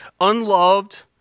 unloved